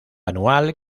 anual